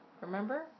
Remember